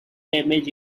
damage